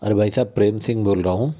अरे भाई साहब प्रेम सिंग बोल रहा हूँ